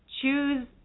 choose